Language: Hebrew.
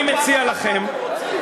תגיד כבר פעם אחת מה אתם רוצים.